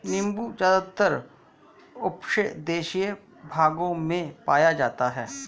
नीबू ज़्यादातर उष्णदेशीय भागों में पाया जाता है